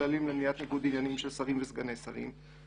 הכללים למניעת ניגוד עניינים של שרים וסגני שרים,